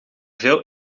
veel